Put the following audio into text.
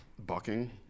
Bucking